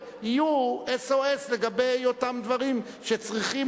יהיו SOS לגבי אותם דברים שצריכים,